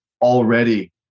already